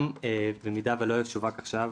גם במידה שלא ישווק עכשיו,